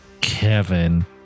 Kevin